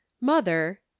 mother